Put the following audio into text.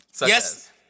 Yes